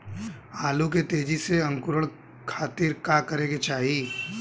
आलू के तेजी से अंकूरण खातीर का करे के चाही?